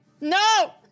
No